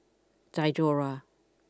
Diadora